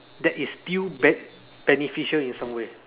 that is still bet~ beneficial in some way